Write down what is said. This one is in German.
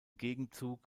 gegenzug